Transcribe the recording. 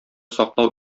саклау